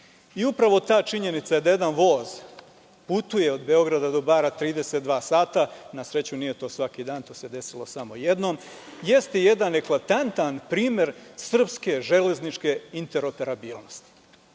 Upravo ta činjenica da jedan voz putuje od Beograda do Bara 32 sata, na sreću nije to svaki dan, to se desilo samo jednom, jeste jedan eklatantan primer srpske železničke interoperabilnosti. Kada